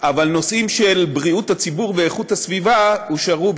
אבל נושאים של בריאות הציבור ואיכות הסביבה הושארו,